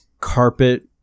carpet